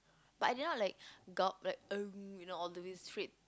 but I did not like gulp like you know all the way straight